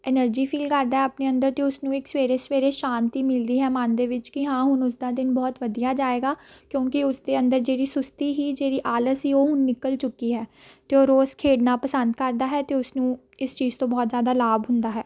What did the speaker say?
energy feel ਕਰਦਾ ਆਪਣੇ ਅੰਦਰ ਅਤੇ ਉਸ ਨੂੰ ਇੱਕ ਸਵੇਰੇ ਸਵੇਰੇ ਸ਼ਾਂਤੀ ਮਿਲਦੀ ਹੈ ਮਨ ਦੇ ਵਿੱਚ ਕਿ ਹਾਂ ਹੁਣ ਉਸ ਦਾ ਦਿਨ ਬਹੁਤ ਵਧੀਆ ਜਾਵੇਗਾ ਕਿਉਂਕਿ ਉਸ ਦੇ ਅੰਦਰ ਜਿਹੜੀ ਸੁਸਤੀ ਸੀ ਜਿਹੜੀ ਆਲਸ ਸੀ ਉਹ ਹੁਣ ਨਿਕਲ ਚੁੱਕੀ ਹੈ ਅਤੇ ਉਹ ਰੋਜ਼ ਖੇਡਣਾ ਪਸੰਦ ਕਰਦਾ ਹੈ ਅਤੇ ਉਸ ਨੂੰ ਇਸ ਚੀਜ਼ ਤੋਂ ਬਹੁਤ ਜ਼ਿਆਦਾ ਲਾਭ ਹੁੰਦਾ ਹੈ